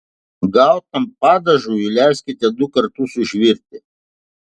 gautam padažui leiskite du kartus užvirti